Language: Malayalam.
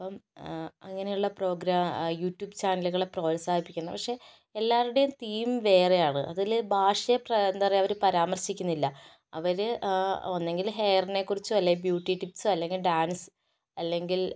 അപ്പം അങ്ങനെ ഉള്ള പ്രൊഗ്രാ യൂട്യൂബ് ചാനലുകളെ പ്രോത്സാഹിപ്പിക്കുന്ന പക്ഷെ എല്ലാവരുടെയും തീം വേറെ ആണ് അതിൽ ഭാഷയെ പ്ര എന്താ പറയുക അവർ പരാമർശിക്കുന്നില്ല അവർ ഒന്നുകിൽ ഹെയറിനെ കുറിച്ചോ അല്ലെ ബ്യുട്ടി ടിപ്സോ അല്ലെങ്കിൽ ഡാൻസ് അല്ലെങ്കിൽ